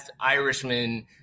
Irishmen